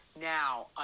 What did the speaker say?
Now